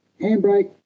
handbrake